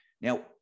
Now